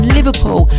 Liverpool